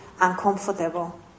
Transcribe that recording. uncomfortable